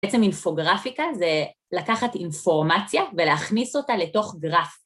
בעצם אינפוגרפיקה זה לקחת אינפורמציה ולהכניס אותה לתוך גרף.